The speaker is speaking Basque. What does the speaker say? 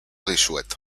dizuet